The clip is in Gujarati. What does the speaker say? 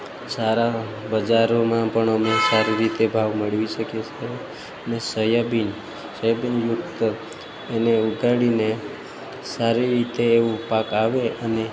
સારા બજારોમાં પણ અમે સારી રીતે ભાવ મેળવી શકીએ છીએ અને સોયાબીન સોયાબીન યુક્ત એને ઉગાડીને સારી રીતે એવું પાક આવે અને